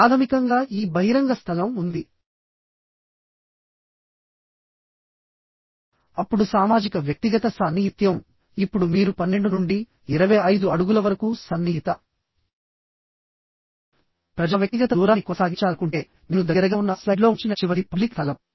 ప్రాథమికంగా ఈ బహిరంగ స్థలం ఉంది అప్పుడు సామాజిక వ్యక్తిగత సాన్నిహిత్యం ఇప్పుడు మీరు 12 నుండి 25 అడుగుల వరకు సన్నిహిత ప్రజా వ్యక్తిగత దూరాన్ని కొనసాగించాలనుకుంటే నేను దగ్గరగా ఉన్న స్లైడ్లో ఉంచిన చివరిది పబ్లిక్ స్థలం